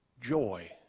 joy